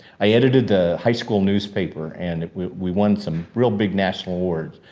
i edited the high school newspaper and we we won some real big national awards.